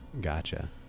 Gotcha